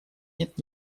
нет